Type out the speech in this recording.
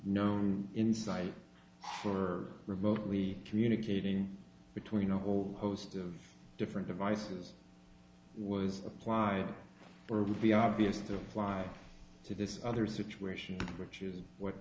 known insight for remotely communicating between a whole host of different devices was applied for be obvious the flyaway to this other situation which is what